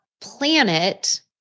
planet